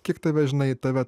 kiek tave žinai tave